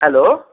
hello